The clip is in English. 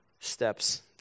steps